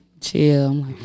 chill